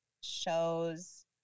shows